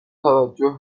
توجه